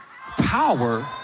power